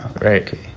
Right